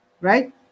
right